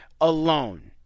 alone